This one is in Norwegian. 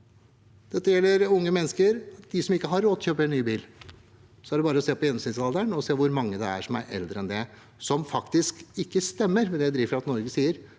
Dette gjelder unge mennesker, de som ikke har råd til å kjøpe ny bil, og det er bare å se på gjennomsnittsalderen og se hvor mange det er som er eldre enn det, noe som faktisk ikke stemmer med det Drivkraft Norge sier,